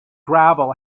gravel